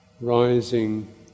rising